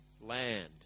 land